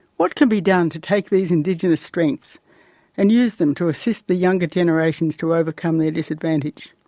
what can be done to take these indigenous strengths and use them to assist the younger generations to overcome their disadvantage?